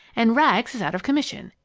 and rags is out of commission.